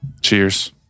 Cheers